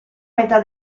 metà